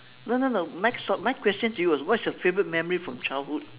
no no no my was my question to you was what's your favourite memory from childhood